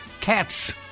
cats